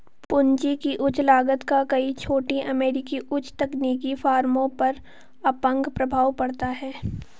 पूंजी की उच्च लागत का कई छोटी अमेरिकी उच्च तकनीकी फर्मों पर अपंग प्रभाव पड़ता है